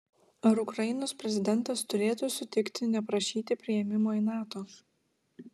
ar ukrainos prezidentas turėtų sutikti neprašyti priėmimo į nato